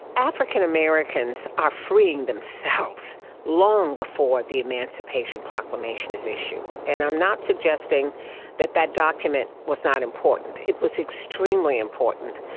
african americans are freeing themselves long before the emancipation proclamation is issued. and i'm not suggesting that that document was not important, it was extremely important.